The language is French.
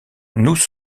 nous